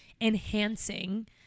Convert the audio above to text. enhancing